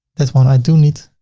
that one i do need.